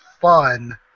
fun